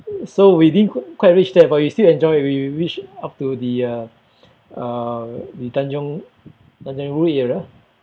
so we didn't quite reach there but we still enjoy we reached up to the uh uh the tanjong tanjong rhu area